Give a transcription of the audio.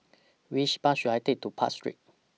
Which Bus should I Take to Park Street